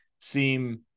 seem